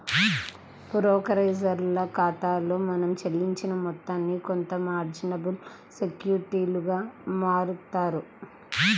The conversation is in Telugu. బోకరేజోల్ల ఖాతాలో మనం చెల్లించిన మొత్తాన్ని కొంత మార్జినబుల్ సెక్యూరిటీలుగా మారుత్తారు